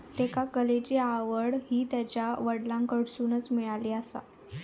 त्येका कलेची आवड हि त्यांच्या वडलांकडसून मिळाली आसा